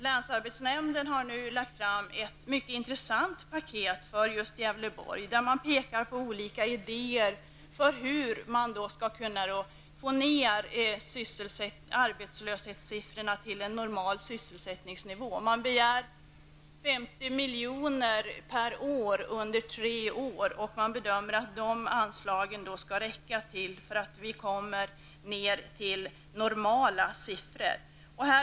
Länsarbetsnämnden har nu presenterat ett mycket intressant paket för Gävleborgs län, där man pekar på olika idéer för hur man skulle kunna få ner arbetslöshetssiffrorna till en normal sysselsättningsnivå. Det begärs 50 miljoner per år under tre år. Man bedömer att det skulle räcka för att vi skall kunna komma ner till normala arbetslöshetssiffror.